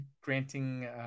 granting